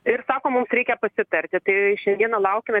ir sako mums reikia pasitarti tai šiandieną laukiame